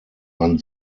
man